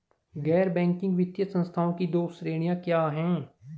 गैर बैंकिंग वित्तीय संस्थानों की दो श्रेणियाँ क्या हैं?